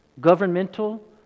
governmental